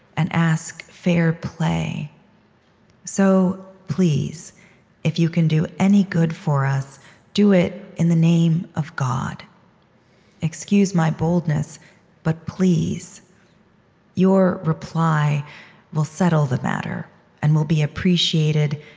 and ask fair play so please if you can do any good for us do it in the name of god excuse my boldness but pleas your reply will settle the matter and will be appreciated,